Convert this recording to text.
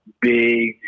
big